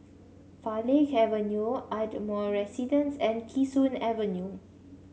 Farleigh Avenue Ardmore Residence and Kee Sun Avenue